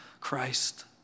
Christ